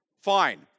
fine